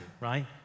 right